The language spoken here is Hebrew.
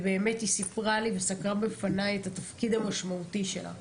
ובאמת היא סיפרה וסקרה בפניי את התפקיד המשמעותי שלה.